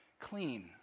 Clean